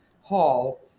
hall